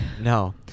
No